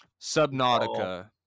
Subnautica